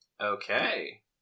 Okay